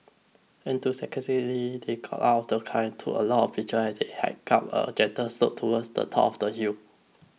enthusiastically they got out of the car and took a lot of pictures as they hiked up a gentle slope towards the top of the hill